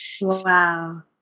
Wow